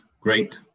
great